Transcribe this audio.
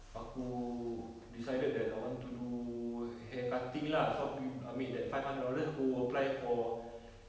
aku decided that I want to do hair cutting lah so aku pergi ambil that five hundred dollars aku apply for